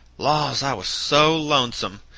laws, i was so lonesome!